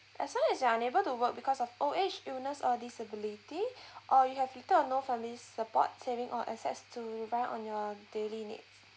as long as you are unable to work because of old age illness or disability or you have little or no family support saving or asset to buy on your daily needs